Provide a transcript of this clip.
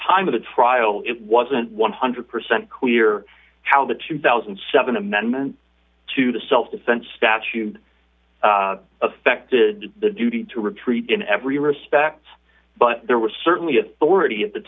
time of the trial it wasn't one hundred percent clear how the two thousand and seven amendment to the self defense statute affected the duty to retreat in every respect but there was certainly authority at the